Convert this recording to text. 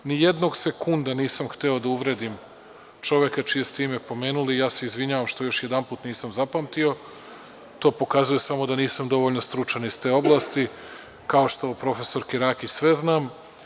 Nijednog sekunda nisam hteo da uvredim čoveka čije ste ime pomenuli, ja se izvinjavam što još jedanput nisam zapamtio, to pokazuje da nisam dovoljno stručan iz te oblasti, kao što profesor Kiraki sve znam.